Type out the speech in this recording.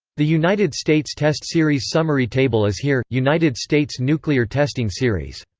the united states' test series summary table is here united states' nuclear testing series.